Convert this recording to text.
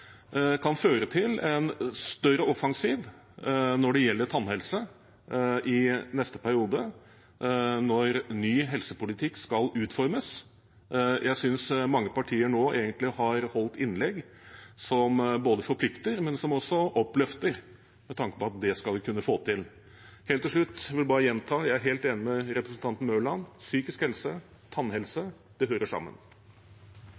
kan føre til en større offensiv når det gjelder tannhelse i neste periode, når ny helsepolitikk skal utformes. Jeg synes mange partier egentlig har holdt innlegg som forplikter, men som også oppløfter, med tanke på at vi skal kunne få det til. Helt til slutt vil jeg bare gjenta: Jeg er helt enig med representanten Mørland – psykisk helse